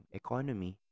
economy